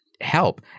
help